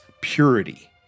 purity